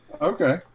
Okay